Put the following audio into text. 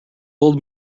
old